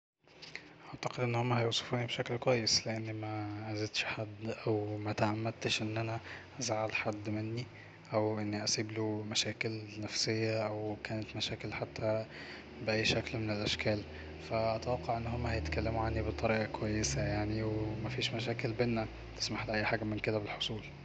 اعتقد ان هما هيوصفوني بشكل كويس لاني ما اذيتش حد وما تعمدتش اني ازعل حد مني او اني اسبله مشاكل نفسية او كانت مشاكل حتى ب اي شكل من الاشكال ف اتوقع ان هما هيتكلمو عني بطريقة كويسة يعني ومفيش مشاكل بينا تسمح لاي حاجة زي كده بالحصول